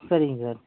சரிங்க சார்